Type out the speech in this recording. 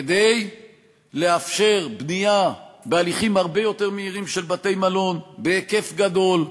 כדי לאפשר בנייה בהליכים הרבה יותר מהירים של בתי-מלון בהיקף גדול,